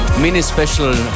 Mini-Special